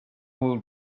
will